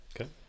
Okay